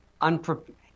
unprepared